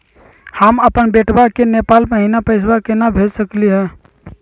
हम अपन बेटवा के नेपाल महिना पैसवा केना भेज सकली हे?